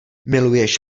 miluješ